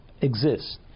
exist